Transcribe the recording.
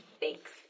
Thanks